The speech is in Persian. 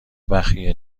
بخیه